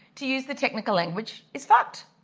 to use the technical language, is fucked.